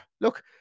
Look